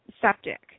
septic